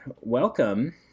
welcome